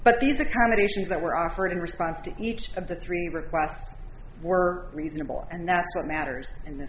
but these accommodations that were offered in response to each of the three requests were reasonable and that's what matters